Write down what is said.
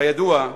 כידוע,